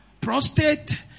prostate